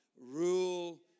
rule